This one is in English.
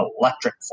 electric